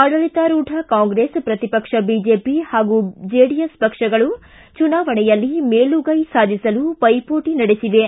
ಆಡಳಿತಾರೂಢ ಕಾಂಗ್ರೆಸ್ ಪ್ರತಿಪಕ್ಷ ಬಿಜೆಪಿ ಮತ್ತು ಜೆಡಿಎಸ್ ಪಕ್ಷಗಳು ಚುನಾವಣೆಯಲ್ಲಿ ಮೇಲುಗೈ ಸಾಧಿಸಲು ವೈಮೋಟಿ ನಡೆಸಿವೆ